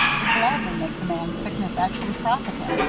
would gladly make the man's sickness actually profit him,